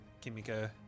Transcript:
Kimiko